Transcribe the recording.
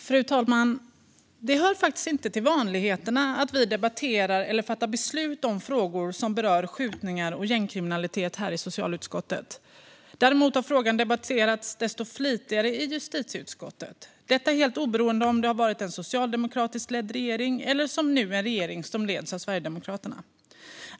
Fru talman! Det hör faktiskt inte till vanligheterna att vi debatterar eller fattar beslut om frågor som berör skjutningar och gängkriminalitet i socialutskottet. Däremot har frågan debatterats desto flitigare i justitieutskottet, detta helt oberoende av om det har varit en socialdemokratiskt ledd regering eller som nu en regering som leds av Sverigedemokraterna.